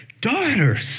daughters